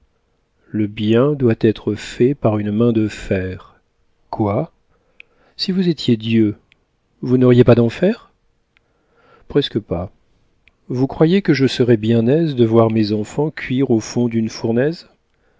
le bien doit être fait par une main de fer quoi si vous étiez dieu vous n'auriez pas d'enfer presque pas vous croyez que je serais bien aise de voir mes enfants cuire au fond d'une fournaise